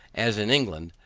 as in england,